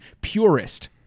purist